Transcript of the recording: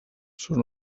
són